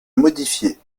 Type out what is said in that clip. modifiées